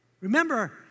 Remember